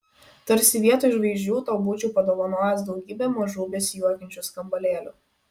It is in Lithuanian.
tarsi vietoj žvaigždžių tau būčiau padovanojęs daugybę mažų besijuokiančių skambalėlių